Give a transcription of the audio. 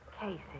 Casey